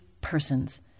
persons